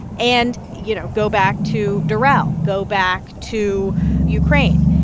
and, you know, go back to doral, go back to ukraine.